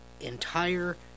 entire